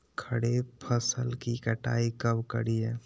खरीफ फसल की कटाई कब करिये?